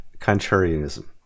contrarianism